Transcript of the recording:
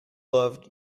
loved